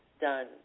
done